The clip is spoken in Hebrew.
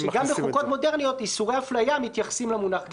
גם בחוקות מודרניות איסורי אפליה מתייחסים למונח גזע,